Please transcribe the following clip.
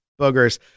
Boogers